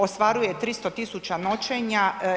Ostvaruje 300 tisuća noćenja.